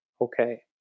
Okay